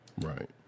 Right